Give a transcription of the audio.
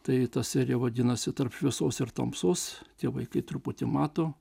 tai ta serija vadinasi tarp šviesos ir tamsos tie vaikai truputį mato